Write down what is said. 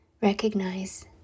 recognize